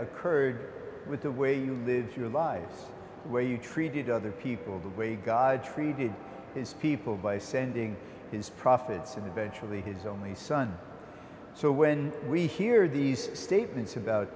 occurred with the way you live your lives where you treated other people the way god treated his people by sending his prophets and eventually his only son so when we hear these statements